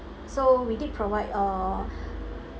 so we did provide uh